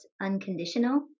unconditional